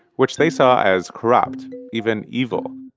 which they saw as corrupt, even evil,